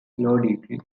degree